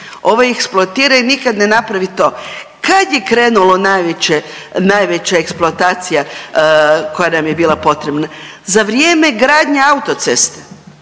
ovo eksploatira i nikad ne napravi to. Kada je krenula najveća eksploatacija koja nam je bila potrebna? Za vrijeme gradnje autoceste,